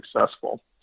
successful